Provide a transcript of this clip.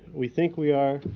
we think we are,